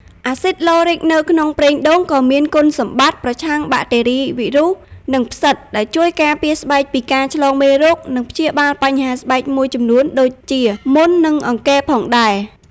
អាស៊ីតឡូរិក នៅក្នុងប្រេងដូងក៏មានគុណសម្បត្តិ ប្រឆាំងបាក់តេរី វីរុស និងផ្សិត ដែលជួយការពារស្បែកពីការឆ្លងមេរោគ និងព្យាបាលបញ្ហាស្បែកមួយចំនួនដូចជា មុន និងអង្គែ ផងដែរ។